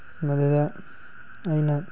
ꯃꯗꯨꯗ ꯑꯩꯅ